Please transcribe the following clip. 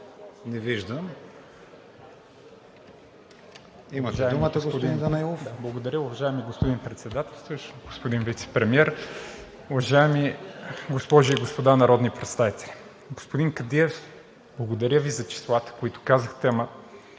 Не виждам. Имате думата, господин Данаилов. ПЛАМЕН ДАНАИЛОВ (ИТН): Благодаря. Уважаеми господин Председателстващ, господин Вицепремиер, уважаеми госпожи и господа народни представители! Господин Кадиев, благодаря Ви за числата, които казахте,